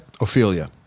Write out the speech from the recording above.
Ophelia